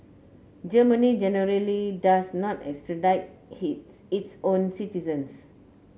Germany generally does not extradite its own citizens